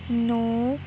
ਨੌਂ